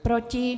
Proti?